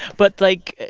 but, like,